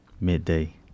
midday